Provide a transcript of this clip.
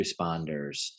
responders